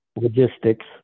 logistics